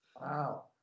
Wow